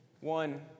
One